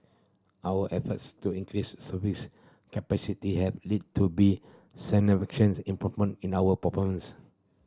our efforts to service capacity have led to be significant improvement in our performance